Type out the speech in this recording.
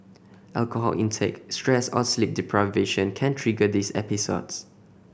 alcohol intake stress or sleep deprivation can trigger these episodes